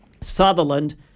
Sutherland